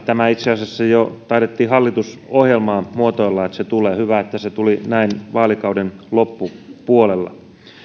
tämä itse asiassa taidettiin jo hallitusohjelmaan muotoilla että se tulee hyvä että se tuli näin vaalikauden loppupuolella